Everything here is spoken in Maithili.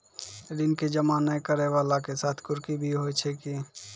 ऋण के जमा नै करैय वाला के साथ कुर्की भी होय छै कि?